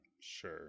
sure